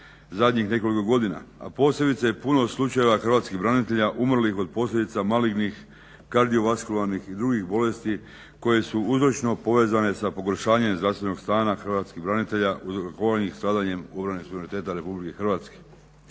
zadnjih nekoliko godina. A posebice puno je slučajeva hrvatskih branitelja umrlih od posljedica malignih kardiovaskularnih i drugih bolesti koje su uzročno povezane sa pogoršanjem zdravstvenog stanja hrvatskih branitelja uzrokovanih stradanjem u obrani suvereniteta RH.